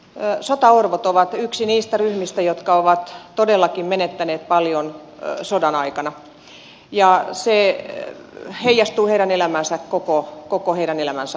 todella sotaorvot ovat yksi niistä ryhmistä jotka ovat todellakin menettäneet paljon sodan aikana ja se heijastuu heidän elämäänsä koko heidän elämänsä ajan